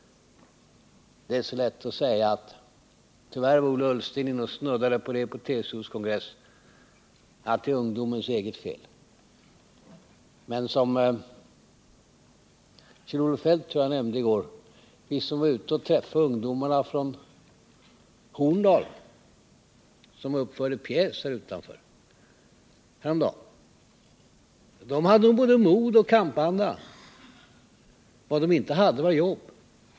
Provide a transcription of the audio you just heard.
Det är så lätt — tyvärr snuddade Ola Ullsten vid det på TCO:s kongress — att säga att arbetslösheten är ungdomens eget fel. Jag tror att Kjell-Olof Feldt i går nämnde att vi som träffade de ungdomar från Horndal som häromdagen uppförde en pjäs utanför riksdagshuset har en annan uppfattning. De hade både mod och kampanda men däremot inget jobb.